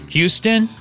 Houston